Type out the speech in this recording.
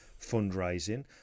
fundraising